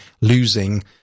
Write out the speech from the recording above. losing